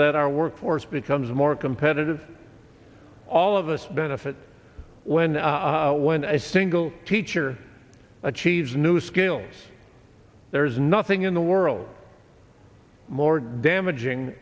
that our workforce becomes more competitive all of us benefit when when a single teacher achieves new skills there is nothing in the world more damaging